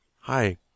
Hi